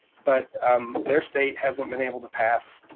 but um their state hasn't been able to pass